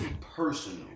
personal